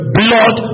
blood